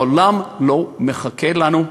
העולם לא מחכה לנו.